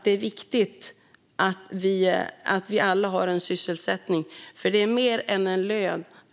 Det är viktigt att vi alla har en sysselsättning.